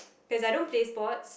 cause I don't play sports